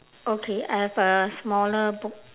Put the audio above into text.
okay I have a smaller pooh